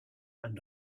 and